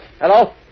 Hello